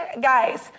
guys